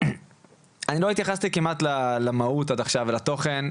אני לא התייחסתי כמעט למהות עד עכשיו, ולתוכן.